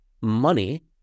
money